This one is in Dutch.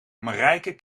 marijke